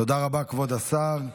תודה רבה, כבוד השר.